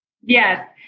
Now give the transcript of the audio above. Yes